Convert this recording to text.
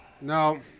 No